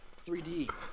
3D